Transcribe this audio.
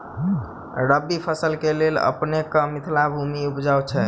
रबी फसल केँ लेल अपनेक मिथिला भूमि उपजाउ छै